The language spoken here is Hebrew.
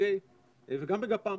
וגם בגפ"מ,